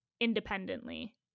independently